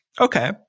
okay